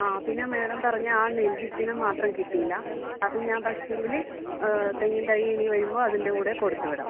ആ പിന്നെ മാഡം പറഞ്ഞ ആ നെൽ വിത്തിനം മാത്രം കിട്ടിയില്ല അത് ഞാൻ പക്ഷേ എങ്കില് തെങ്ങിൻ തൈ ഇനി വരുമ്പോൾ അതിൻ്റെ കൂടെ കൊടുത്തു വിടാം